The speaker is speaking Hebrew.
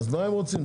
אז מה הם רוצים?